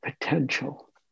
potential